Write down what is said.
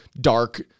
dark